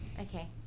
Okay